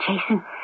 Jason